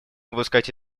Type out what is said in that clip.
упускать